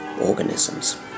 organisms